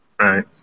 Right